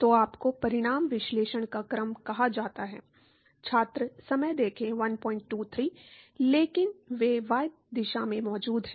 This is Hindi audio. तो आपको परिमाण विश्लेषण का क्रम कहा जाता है